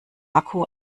akku